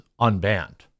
unbanned